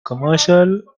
commercial